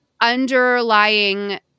underlying